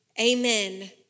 amen